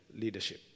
leadership